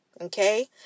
okay